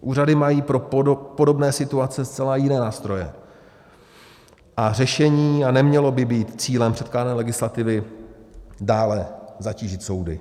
Úřady mají pro podobné situace zcela jiné nástroje řešení a nemělo by být cílem předkládané legislativy dále zatížit soudy.